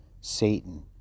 Satan